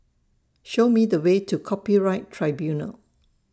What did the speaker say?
Show Me The Way to Copyright Tribunal